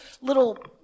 little